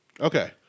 Okay